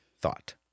thought